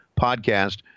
podcast